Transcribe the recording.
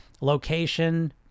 location